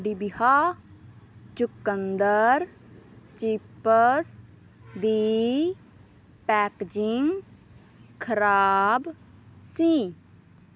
ਡਿਬਹਾ ਚੁਕੰਦਰ ਚਿਪਸ ਦੀ ਪੈਕੇਜਿੰਗ ਖਰਾਬ ਸੀ